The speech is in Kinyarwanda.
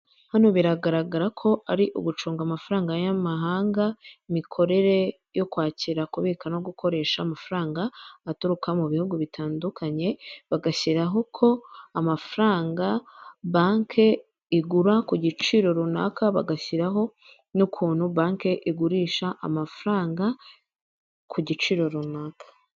Hano biragaragara ko ari ugucunga amafaranga y'amahanga imikorere yo kwakira kubika no gukoresha amafaranga aturuka mu bihugu bitandukanye bagashyiraho ko amafaranga banki igura ku giciro runaka bagashyiraho n'ukuntu banki igurisha amafaranga ku giciro runaka.